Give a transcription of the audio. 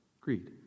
Greed